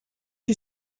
you